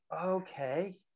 okay